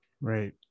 Right